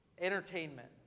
entertainment